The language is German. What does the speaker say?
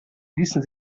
ließen